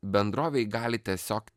bendrovei gali tiesiog